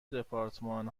دپارتمان